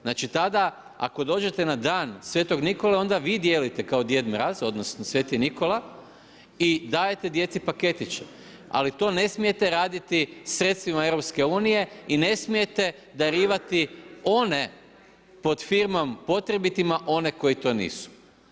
Znači tada ako dođete na dan sv. Nikole onda vi dijelite kao Djed mraz odnosno sv. Nikola i dajete djeci paketiće, ali to ne smijete raditi sredstvima EU i ne smijete darivati one pod filmom potrebitima one koji to nisu.